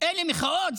אלו מחאות?